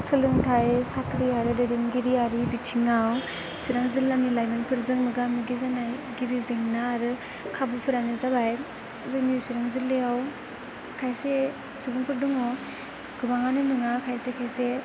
सोलोंथाइ साख्रि आरो दैदेनगिरियारि बिथिङाव चिरां जिल्लानि लाइमोनफोरजों मोगा मोगि जानाय गिबि जेंना आरो खाबुफोरानो जाबाय जोंनि चिरां जिल्लायाव खायसे सुबुंफोर दङ गोबाङानो नङा खायसे खायसे